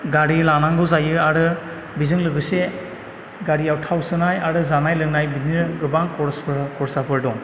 गारि लानांगौ जायो आरो बेजों लोगोसे गारियाव थाव सोनाय आरो जानाय लोंनाय बिदिनो गोबां खर'सफोर खरसाफोर दं